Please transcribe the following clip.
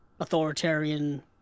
authoritarian